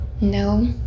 no